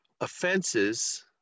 offenses